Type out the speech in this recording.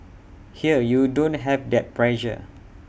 here you don't have that pressure